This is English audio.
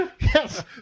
Yes